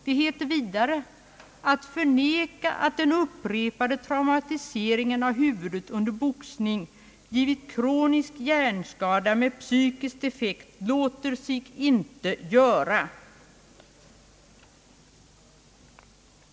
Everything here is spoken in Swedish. Det heter vidare: »Att förneka att den upprepade traumatiseringen av huvudet under boxningen givit kronisk hjärnskada med psykisk defekt låter sig inte göra.